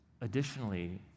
Additionally